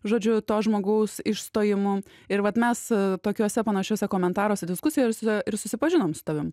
žodžiu to žmogaus išstojimu ir vat mes tokiuose panašiuose komentaruose diskusijose ir susipažinom su tavim